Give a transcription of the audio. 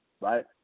right